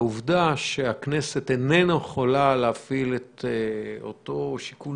העובדה שהכנסת איננה יכולה להפעיל את אותו שיקול